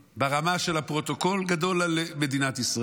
ברמה של הפרוטוקול, גדול על מדינת ישראל.